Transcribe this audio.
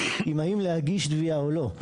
אם האם להגיש תביעה או לא?